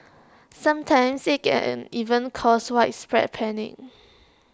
sometimes IT can even cause widespread panic